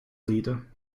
leader